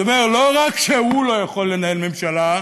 זה אומר שלא רק שהוא לא יכול לנהל ממשלה,